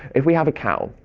if we have a cow,